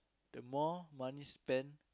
the more money spend